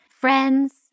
friends